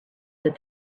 that